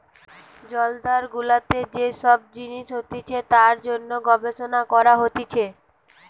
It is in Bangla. জলাধার গুলাতে যে সব জিনিস হতিছে তার জন্যে গবেষণা করা হতিছে